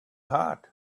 hot